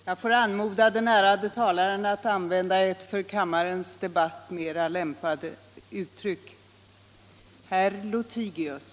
Jag får anmoda den ärade talaren att använda ett för kammarens debatt mera lämpat uttryckssätt.